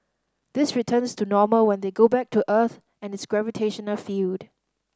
this returns to normal when they go back to Earth and its gravitational field